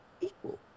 Equal